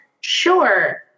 Sure